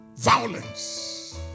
Violence